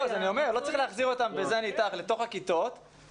אני אתך ואומר שאכן לא צריך להחזיר אותם לתוך הכיתות ושתהיה